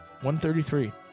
133